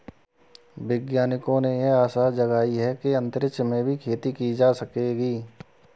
वैज्ञानिकों ने यह आशा जगाई है कि अंतरिक्ष में भी खेती की जा सकेगी